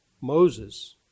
Moses